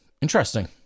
Interesting